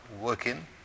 working